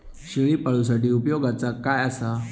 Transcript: शेळीपाळूसाठी उपयोगाचा काय असा?